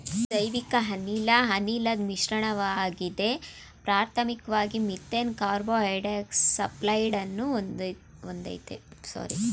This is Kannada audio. ಜೈವಿಕಅನಿಲ ಅನಿಲದ್ ಮಿಶ್ರಣವಾಗಿದೆ ಪ್ರಾಥಮಿಕ್ವಾಗಿ ಮೀಥೇನ್ ಕಾರ್ಬನ್ಡೈಯಾಕ್ಸೈಡ ಸಲ್ಫೈಡನ್ನು ಹೊಂದಯ್ತೆ